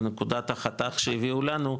בנקודת החתך שהביאו לנו,